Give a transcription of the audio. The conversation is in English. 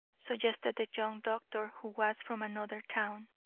suggested the young doctor, who was from another town.